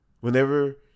whenever